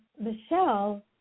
Michelle